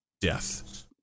Death